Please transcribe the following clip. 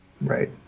right